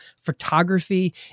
photography